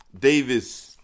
Davis